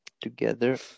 together